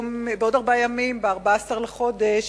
בעוד ארבעה ימים, ב-14 לחודש,